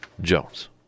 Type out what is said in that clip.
Jones